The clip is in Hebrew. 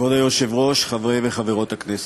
כבוד היושב-ראש, חברי וחברות הכנסת,